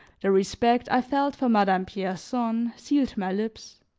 the respect i felt for madame pierson sealed my lips.